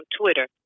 Twitter